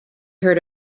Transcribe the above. heard